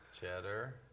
Cheddar